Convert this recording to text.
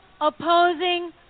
opposing